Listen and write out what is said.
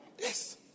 Yes